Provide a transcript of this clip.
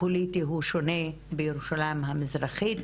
הפוליטי הוא שונה בירושלים המזרחית.